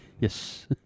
Yes